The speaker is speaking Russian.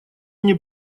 мне